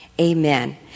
Amen